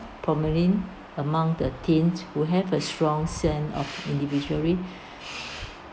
prominent among the teens who have a strong sense of individuality